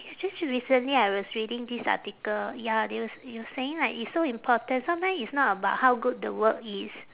eh actu~ actually recently I was reading this article ya they were s~ it was saying like it's so important sometime it's not about how good the work is